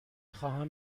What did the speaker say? خواهم